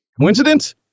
Coincidence